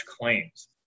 claims